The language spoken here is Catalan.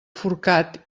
forcat